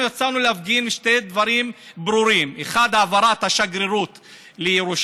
אנחנו יצאנו להפגין על שני דברים ברורים: 1. העברת השגרירות לירושלים,